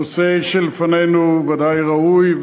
הנושא שלפנינו ודאי ראוי,